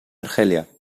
argelia